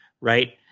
right